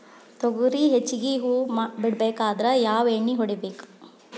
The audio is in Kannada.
ತೊಗರಿ ಹೆಚ್ಚಿಗಿ ಹೂವ ಬಿಡಬೇಕಾದ್ರ ಯಾವ ಎಣ್ಣಿ ಹೊಡಿಬೇಕು?